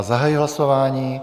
Zahajuji hlasování.